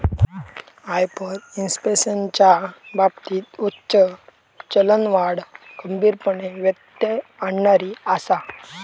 हायपरइन्फ्लेशनच्या बाबतीत उच्च चलनवाढ गंभीरपणे व्यत्यय आणणारी आसा